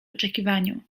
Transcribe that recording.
oczekiwaniu